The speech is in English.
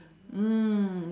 mm